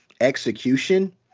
execution